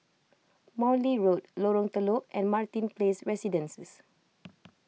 Morley Road Lorong Telok and Martin Place Residences